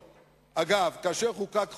אגב, כאשר חוקק חוק-היסוד,